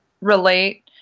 relate